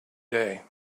day